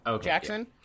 Jackson